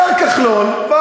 מצוין, זה